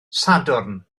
sadwrn